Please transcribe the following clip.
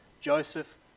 Joseph